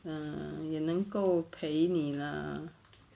ya 也能够陪你 lah